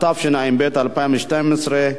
התשע"ב 2012,